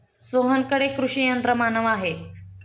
सोहनकडे कृषी यंत्रमानव आहे